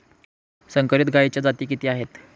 संकरित गायीच्या जाती किती आहेत?